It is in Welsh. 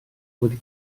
wedi